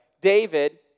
David